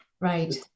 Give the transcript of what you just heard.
Right